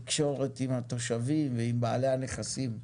התקשורת עם התושבים ועם בעלי הנכסים.